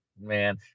man